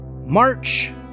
March